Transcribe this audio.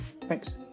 Thanks